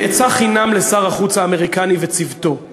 עצה חינם לשר החוץ האמריקני וצוותו,